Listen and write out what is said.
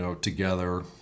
together